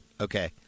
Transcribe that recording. Okay